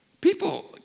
People